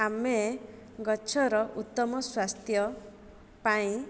ଆମେ ଗଛର ଉତ୍ତମ ସ୍ୱାସ୍ଥ୍ୟ ପାଇଁ